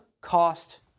cost